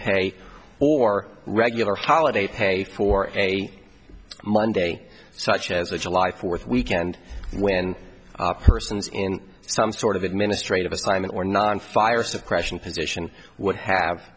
pay or regular holiday pay for a monday such as the july fourth weekend when persons in some sort of administrative assignment or not on fire suppression position would have